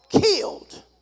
killed